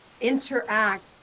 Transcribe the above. interact